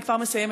אני כבר מסיימת,